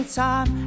time